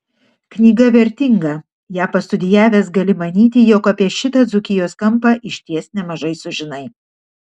knyga vertinga ją pastudijavęs gali manyti jog apie šitą dzūkijos kampą išties nemažai sužinai